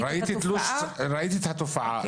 ראית את התופעה?